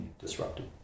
disrupted